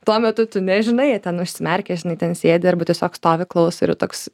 tuo metu tu nežinai jie ten užsimerkę žinai ten sėdi arba tiesiog stovi klauso ir toks